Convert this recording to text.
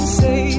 say